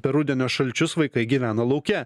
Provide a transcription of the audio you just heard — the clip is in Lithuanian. per rudenio šalčius vaikai gyvena lauke